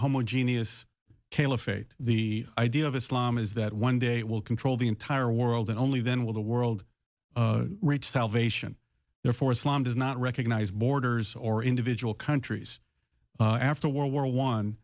homogeneous caliphate the idea of islam is that one day it will control the entire world and only then will the world reach salvation therefore islam does not recognize borders or individual countries after world war one